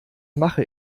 mache